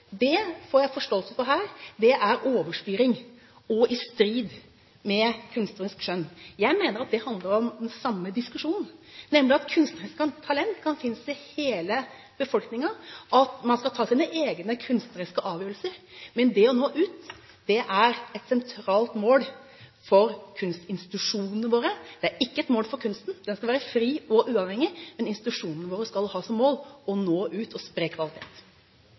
får jeg forståelsen av her er overstyring og i strid med kunstnerisk skjønn. Jeg mener at det handler om den samme diskusjonen, nemlig at kunstnerisk talent kan finnes i hele befolkningen, at man skal ta sine egne kunstneriske avgjørelser. Men det å nå ut er et sentralt mål for kunstinstitusjonene våre. Det er ikke et mål for kunsten – den skal være fri og uavhengig – men institusjonene våre skal ha som mål å nå ut og spre kvalitet.